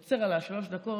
והוא ממש עצר על שלוש דקות,